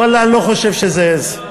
ואללה, אני לא חושב שזו עז.